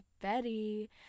Betty